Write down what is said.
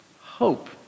Hope